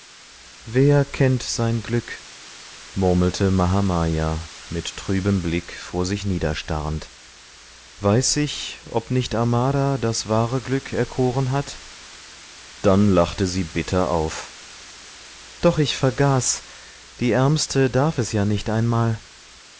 wer kennt sein glück murmelte mahamaya mit trübem blick vor sich niederstarrend weiß ich ob nicht amara das wahre glück erkoren hat dann lachte sie bitter auf doch ich vergaß die ärmste darf es ja nicht einmal